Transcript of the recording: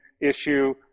issue